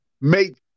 make